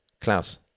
Klaus